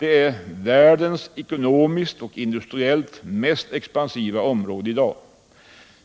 är världens ekonomiskt och industriellt mest expansiva område i dag.